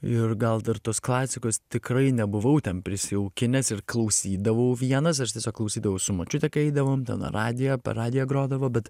ir gal dar tos klasikos tikrai nebuvau ten prisijaukinęs ir klausydavau vienas aš tiesiog klausydavau su močiute kai eidavom ten radiją per radiją grodavo bet